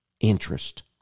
interest